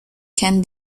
can